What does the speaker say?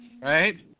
Right